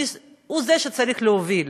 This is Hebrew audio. הוא זה שצריך להוביל.